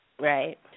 Right